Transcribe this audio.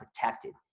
protected